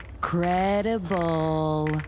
Credible